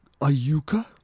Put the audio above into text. Ayuka